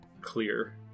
clear